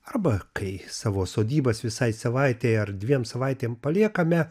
arba kai savo sodybas visai savaitei ar dviem savaitėm paliekame